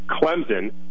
Clemson